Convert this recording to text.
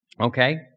Okay